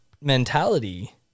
mentality